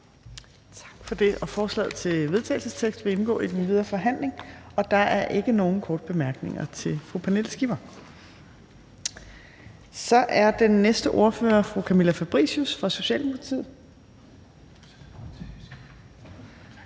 Tak for det. Forslaget til vedtagelse vil indgå i den videre forhandling. Der er ikke nogen korte bemærkninger til fru Pernille Skipper. Og så er den næste ordfører fru Camilla Fabricius fra Socialdemokratiet.